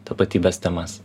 tapatybės temas